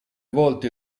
volte